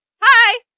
Hi